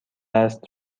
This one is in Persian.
است